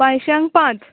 पांयश्यांक पांच